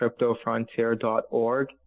CryptoFrontier.org